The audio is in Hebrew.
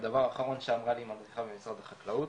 ודבר אחרון שאמרה לי מדריכה במשרד החקלאות,